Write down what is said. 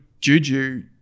juju